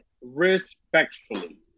respectfully